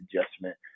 adjustment